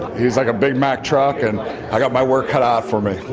he's like a big mack truck and i've got my work cut out for me,